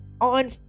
on